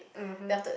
(uh huh)